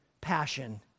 passion